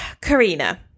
Karina